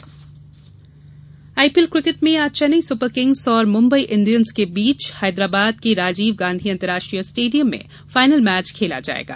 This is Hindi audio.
आईपीएल आईपीएल क्रिकेट में आज चेन्नई सुपर किंग्स और मुम्बई इंडियंस के बीच हैदराबाद के राजीव गांधी अंतर्राष्ट्रीय स्टेडियम में फाइनल मैच खेला जाएगा